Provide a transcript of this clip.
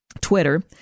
Twitter